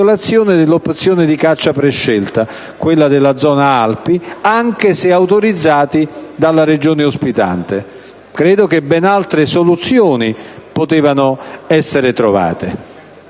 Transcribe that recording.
violazione dell'opzione di caccia prescelta - quella della zona Alpi -anche se autorizzati dalla Regione ospitante. Credo che ben altre soluzioni potevano essere trovate.